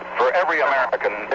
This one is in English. for every american,